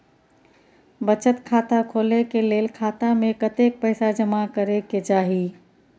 बचत खाता खोले के लेल खाता में कतेक पैसा जमा करे के चाही?